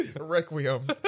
requiem